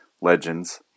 legends